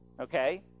okay